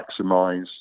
maximize